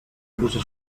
puso